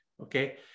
okay